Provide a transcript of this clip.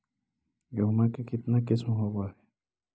गेहूमा के कितना किसम होबै है?